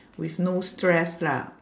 with no stress lah